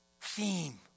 theme